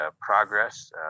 progress